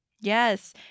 Yes